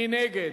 מי נגד?